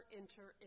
enter